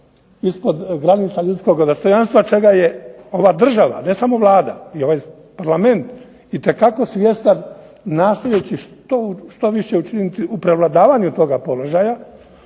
ispod granica ljudskoga dostojanstva čega je ova država, ne samo Vlada i ovaj Parlament itekako svjestan, nastojeći što više učiniti u prevladavanju toga položaja.